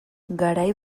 garai